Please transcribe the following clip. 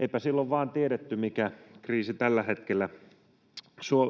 Eipä silloin vaan tiedetty, mikä kriisi tällä hetkellä